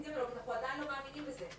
אנחנו עדיין לא מאמינים בזה.